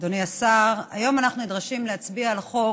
אדוני השר, היום אנחנו נדרשים להצביע על חוק